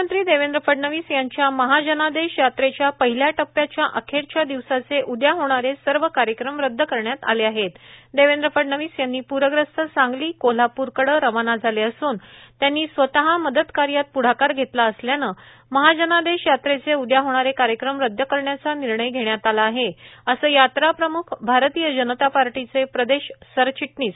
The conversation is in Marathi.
मुख्यमंत्री देवेंद्र फडणवीस यांच्या महाजनादेश यात्रेच्या पहिल्या टप्प्याच्या अखेरच्या दिवसाचे उद्या होणारे सर्व कार्यक्रम रद्द करण्यात आले आहेत देवेंद्र फडणवीस यांनी पूरग्रस्त सांगली आणि कोल्हापूरकडे धाव घेतली असून त्यांनी स्वतः मदतकार्यात प्ढाकार घेतला असल्याने महाजनादेश यात्रेचे उद्या होणारे कार्यक्रम रद्द करण्याचा निर्णय घेण्यात आला आहे असे यात्रा प्रम्ख भारतीय जनता पार्टीचे प्रदेश सरचिटणीस आ